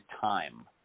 time